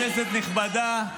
כנסת נכבדה,